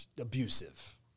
abusive